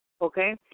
okay